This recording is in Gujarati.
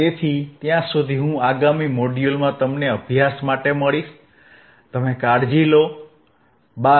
તેથી ત્યાં સુધી હું આગામી મોડ્યુલમાં તમને અભ્યાસ માટે મળીશ તમે કાળજી લો બાય